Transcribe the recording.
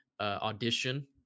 Audition